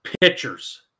pitchers